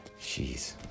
Jeez